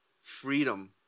freedom